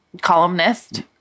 columnist